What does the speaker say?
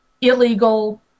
illegal